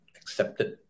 accepted